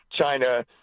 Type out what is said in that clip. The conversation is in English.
China